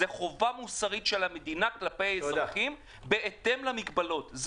זו חובה מוסרית של המדינה כלפי האזרחים בהתאם למגבלות.